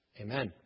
Amen